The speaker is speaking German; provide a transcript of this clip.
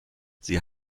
sie